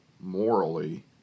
morally